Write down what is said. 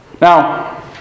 Now